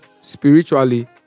spiritually